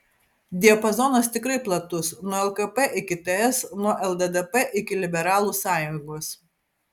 diapazonas tikrai platus nuo lkp iki ts nuo lddp iki liberalų sąjungos